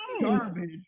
garbage